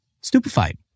stupefied